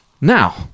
Now